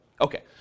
Okay